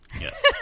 Yes